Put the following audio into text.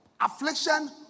affliction